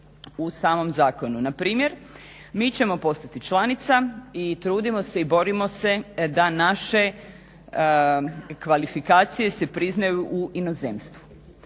u samom zakonu. Na primjer, mi ćemo postati članica i trudimo se i borimo se da naše kvalifikacije se priznaju u inozemstvu.